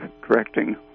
correcting